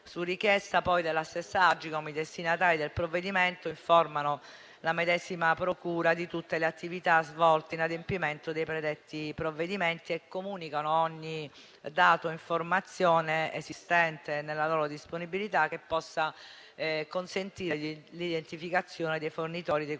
Su richiesta della stessa Autorità, i destinatari dei provvedimenti informano senza indugio la medesima procura della Repubblica di tutte le attività svolte in adempimento dei predetti provvedimenti e comunicano ogni dato o informazione esistente nella loro disponibilità che possa consentire l'identificazione dei fornitori dei contenuti